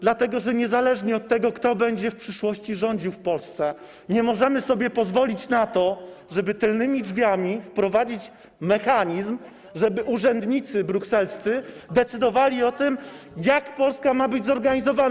Dlatego że niezależnie od tego, kto będzie w przyszłości rządził w Polsce, nie możemy sobie pozwolić na to, żeby tylnymi drzwiami wprowadzić mechanizm, żeby urzędnicy brukselscy decydowali o tym, jak Polska ma być zorganizowana.